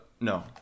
No